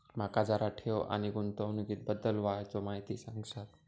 माका जरा ठेव आणि गुंतवणूकी बद्दल वायचं माहिती सांगशात?